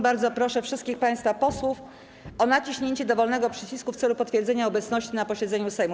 Bardzo proszę wszystkich państwa posłów o naciśnięcie dowolnego przycisku w celu potwierdzenia obecności na posiedzeniu Sejmu.